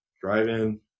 drive-in